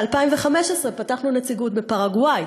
ב-2015 פתחנו נציגות בפרגוואי.